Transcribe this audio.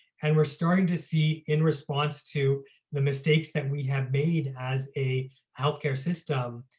and we're starting to see in response to the mistakes that we have made as a healthcare system,